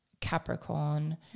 Capricorn